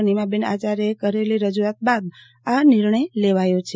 નીમાબેન આયાર્યે કરેલી રજુઆત બાદ આ નિર્ણય લેવાયો છે